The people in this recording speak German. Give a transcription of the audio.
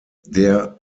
der